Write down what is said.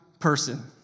person